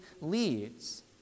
leads